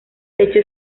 techo